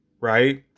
right